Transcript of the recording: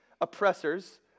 oppressors